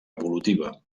evolutiva